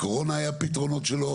לקורונה היה פתרונות שלו,